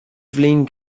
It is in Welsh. flin